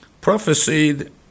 prophesied